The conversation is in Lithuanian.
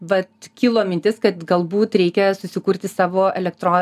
vat kilo mintis kad galbūt reikia susikurti savo elektro